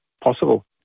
possible